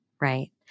Right